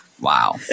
Wow